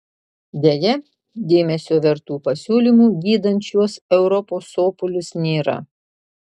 deja dėmesio vertų pasiūlymų gydant šiuos europos sopulius nėra